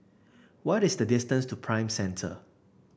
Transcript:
what is the distance to Prime Centre